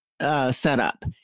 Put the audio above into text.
Setup